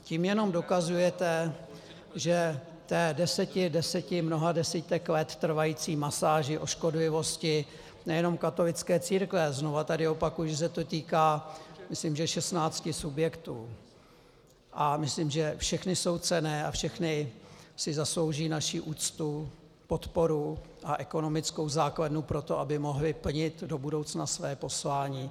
Tím jenom dokazujete, že té mnoho desítek let trvající masáži o škodlivosti nejenom katolické církve, ale znova tady opakuji, že se to týká myslím 16 subjektů, a myslím, že všechny jsou cenné a všechny si zaslouží naši úctu, podporu a ekonomickou základnu pro to, aby mohly plnit do budoucna své poslání.